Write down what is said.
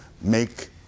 make